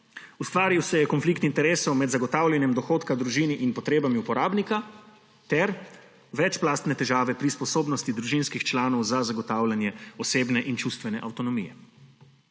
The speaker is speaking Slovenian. Ustvaril se je konflikt interesov med zagotavljanjem dohodka družini in potrebami uporabnika ter večplastne težave pri sposobnosti družinskih članov za zagotavljanje osebne in čustvene avtonomije.